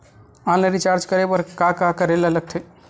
Online recharge करे बर का का करे ल लगथे?